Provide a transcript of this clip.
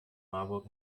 marburg